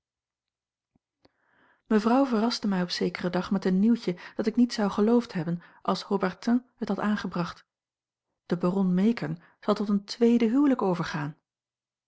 mevrouw verraste mij op zekeren dag met een nieuwtje dat ik niet zou geloofd hebben als haubertin het had aangebracht de baron meekern zal tot een tweede huwelijk overgaan